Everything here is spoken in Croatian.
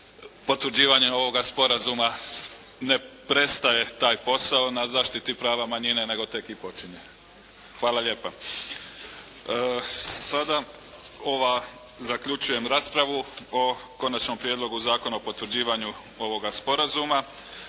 potvrđivanjem ovoga sporazuma ne prestaje taj posao na zaštiti prava manjine nego tek i počinje. Hvala lijepa. Sada ova, zaključujem raspravu o Konačnom prijedlogu zakona o potvrđivanju ovoga sporazuma.